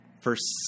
first